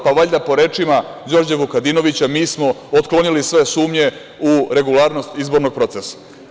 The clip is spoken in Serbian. Pa, valjda po rečima Đorđa Vukadinovića mi smo otklonili sve sumnje u regularnost izbornog procesa.